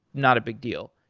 not a big deal.